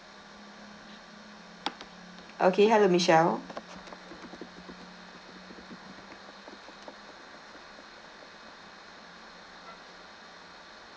okay hello michelle